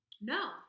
No